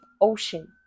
ocean